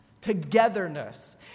togetherness